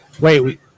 Wait